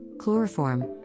Chloroform